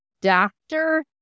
doctor